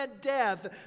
death